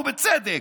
ובצדק.